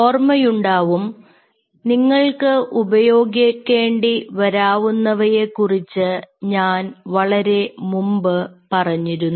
ഓർമ്മയുണ്ടാവും നിങ്ങൾക്ക് ഉപയോഗിക്കേണ്ടി വരാവുന്നവയെക്കുറിച്ച് ഞാൻ വളരെ മുമ്പ് പറഞ്ഞിരുന്നു